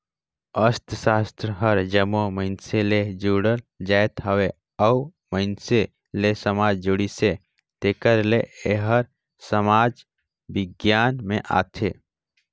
अर्थसास्त्र हर जम्मो मइनसे ले जुड़ल जाएत हवे अउ मइनसे ले समाज जुड़िस हे तेकर ले एहर समाज बिग्यान में आथे